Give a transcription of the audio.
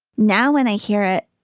now, when i hear it,